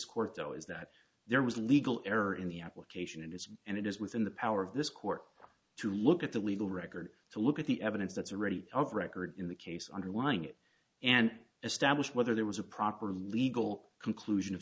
court though is that there was legal error in the application of this and it is within the power of this court to look at the legal record to look at the evidence that's a really tough record in the case underlying it and establish whether there was a proper legal conclusion of